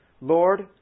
Lord